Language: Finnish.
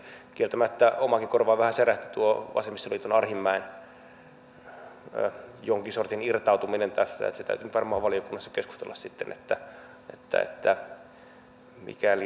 kieltämättä omaankin korvaan vähän särähti tuo vasemmistoliiton arhinmäen jonkin sortin irtautuminen tästä se täytyy nyt varmasti valiokunnassa keskustella sitten että mikä linja tässä otetaan